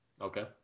Okay